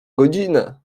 godzinę